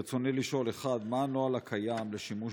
ברצוני לשאול: 1. מה הנוהל הקיים לשימוש